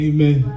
Amen